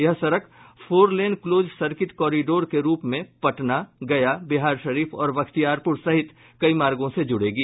यह सड़क four lane close circuit corridor के रूप में पटना गया बिहारशरीफ और बख्तियारपुर सहित कई मार्गों से जुड़ेगी